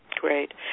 Great